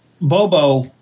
Bobo